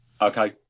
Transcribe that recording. Okay